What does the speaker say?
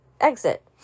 exit